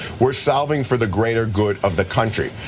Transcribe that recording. we are solving for the greater good of the country.